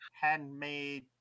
handmade